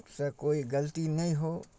से कोइ गलती नहि हो